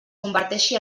converteixi